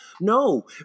No